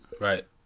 right